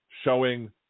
showing